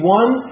one